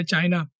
China